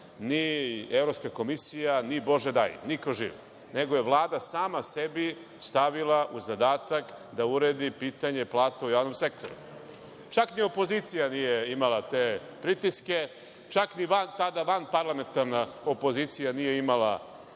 ni Evropska komisija, ni Bože daj, niko živ, nego je Vlada sama sebi stavila u zadatak da uredi pitanje plata u javnom sektoru. Čak ni opozicija nije imala te pritiske, čak ni tada vanparlamentarna opozicija nije imala